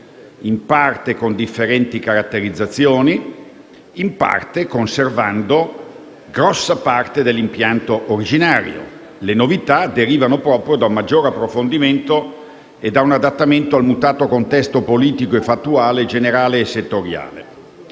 in parte con differenti caratterizzazioni, in parte conservando molti aspetti dell’impianto originario. Le novità derivano proprio da un maggior approfondimento e da un adattamento al mutato contesto politico e fattuale generale e settoriale.